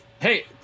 Hey